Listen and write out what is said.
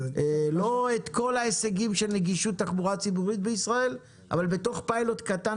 לא את כל ההישגים של נגישות תחבורה ציבורית בישראל אבל בתוך פיילוט קטן